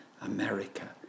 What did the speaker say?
America